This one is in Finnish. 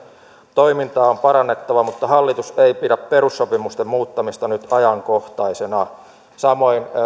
toimintaa on parannettava mutta hallitus ei pidä perussopimusten muuttamista nyt ajankohtaisena samoin